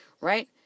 Right